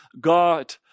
God